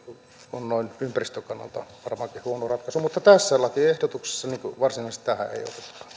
on ympäristön kannalta varmaankin huono ratkaisu mutta tässä lakiehdotuksessa varsinaisesti tähän ei